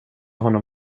honom